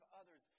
others